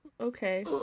okay